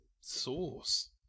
sauce